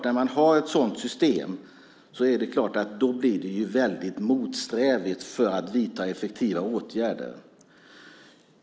När man har ett sådant system är det klart att det blir väldigt motsträvigt när det gäller att vidta effektiva åtgärder.